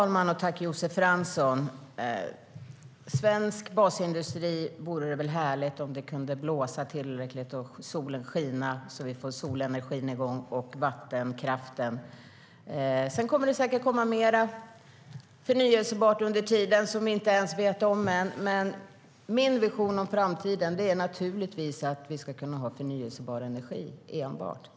Herr ålderspresident! Det vore väl härligt om det kunde blåsa tillräckligt och solen kunde skina så att vi får igång solenergin och vattenkraften. Sedan kommer det säkert att komma mer förnybart under tiden som vi inte ens vet om än. Men min vision om framtiden är naturligtvis att vi enbart ska kunna ha förnybar energi.